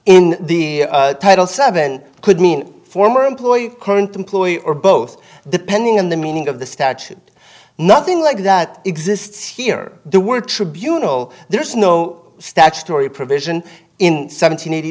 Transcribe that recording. in the title seven could mean former employer current employee or both depending on the meaning of the statute nothing like that exists here the word tribunal there is no statutory provision in seven